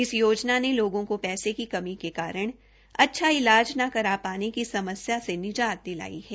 इस योजना ने लोगों को पैसे की कमी के कारण अच्छा इलाज न करा पाने की समस्या से निजात दिलाई है